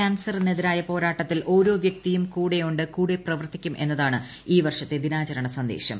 കൃാൻസറിനെതിരായ പോരാട്ടത്തിൽ ഓരോ വൃക്തിയും കൂടെയുണ്ട് കൂടെ പ്ല്യുവർത്തിക്കും എന്നതാണ് ഈ വർഷത്തെ ദിനാചരണ്ടു സ്ന്ദേശം